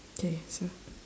K so